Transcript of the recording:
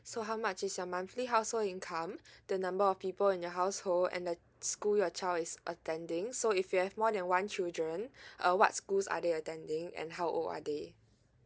so how much is your monthly household income the number of people in your household and then school your child is attending so if you have more than one children uh what schools are they attending and how old are they